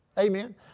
Amen